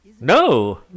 No